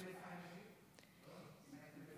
גם החרדים,